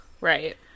right